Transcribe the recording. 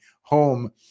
home